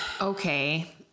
okay